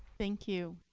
thank you.